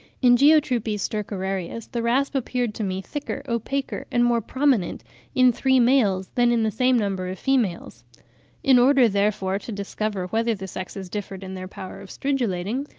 in geotrupes stercorarius the rasp appeared to me thicker, opaquer, and more prominent in three males than in the same number of females in order, therefore, to discover whether the sexes differed in their power of stridulating,